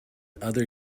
other